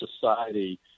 society